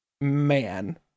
man